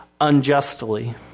unjustly